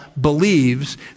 believes